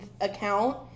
account